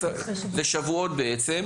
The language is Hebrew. זה בעצם שבועות.